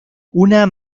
una